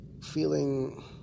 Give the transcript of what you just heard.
feeling